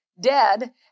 dead